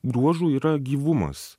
bruožų yra gyvumas